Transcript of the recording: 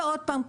ועוד פעם,